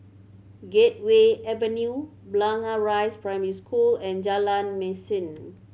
Gateway Avenue Blangah Rise Primary School and Jalan Mesin